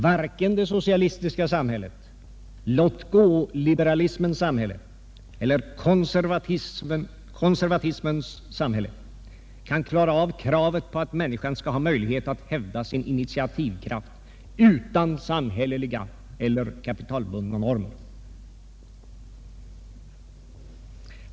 Varken det socialistiska samhället, låt-gå-liberalismens samhälle eller konservatismens samhälle kan klara av kravet på att människan skall ha möjlighet att hävda sin initiativkraft utan samhälleliga eller kapitalbundna normer.